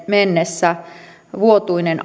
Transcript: mennessä vuotuinen